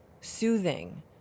soothing